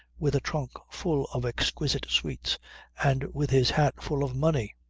with a trunk full of exquisite sweets and with his hat full of money.